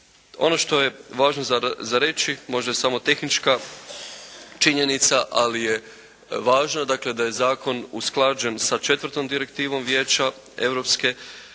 Ono što je važno za reći, možda je samo tehnička činjenica, ali je važno dakle da je Zakon usklađen sa 4. direktivom Vijeća Europske unije